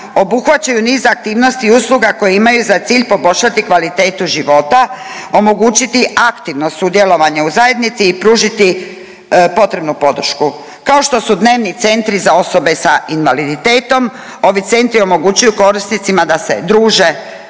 obuhvaćaju niz aktivnosti i usluga koje imaju za cilj poboljšati kvalitetu života, omogućiti aktivno sudjelovanje u zajednici i pružiti potrebnu podršku kao što su dnevni centri za osobe sa invaliditetom ovi centri omogućuju korisnicima da se druže,